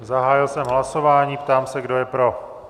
Zahájil jsem hlasování, ptám se, kdo je pro.